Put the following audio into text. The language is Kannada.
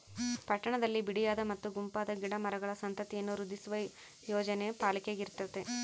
ಪಟ್ಟಣದಲ್ಲಿ ಬಿಡಿಯಾದ ಮತ್ತು ಗುಂಪಾದ ಗಿಡ ಮರಗಳ ಸಂತತಿಯನ್ನು ವೃದ್ಧಿಸುವ ಯೋಜನೆ ಪಾಲಿಕೆಗಿರ್ತತೆ